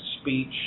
speech